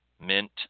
mint